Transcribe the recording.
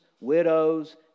widows